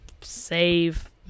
save